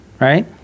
right